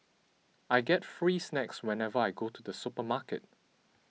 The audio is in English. I get free snacks whenever I go to the supermarket